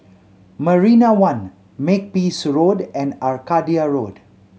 Marina One Makepeace Road and Arcadia Road